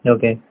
Okay